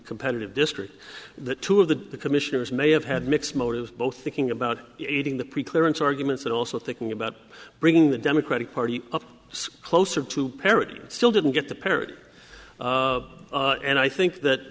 competitive districts that two of the commissioners may have had mixed motives both thinking about eating the pre clearance arguments and also thinking about bringing the democratic party up sql oser to parity and still didn't get the pair and i think that